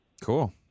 Cool